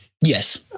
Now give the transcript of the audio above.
yes